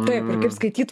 taip kaip skaityt